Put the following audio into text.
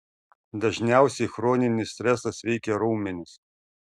dažniausiai chroninis stresas veikia raumenis